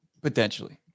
potentially